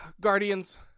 Guardians